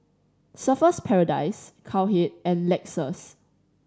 Surfer's Paradise Cowhead and Lexus